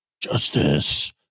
Justice